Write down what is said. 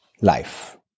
life